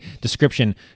Description